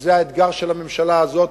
וזה האתגר של הממשלה הזאת,